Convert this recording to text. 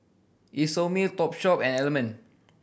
Isomil Topshop and Element